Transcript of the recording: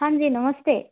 Haji namaste